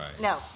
No